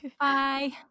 Bye